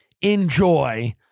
enjoy